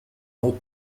all